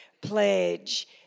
pledge